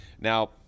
Now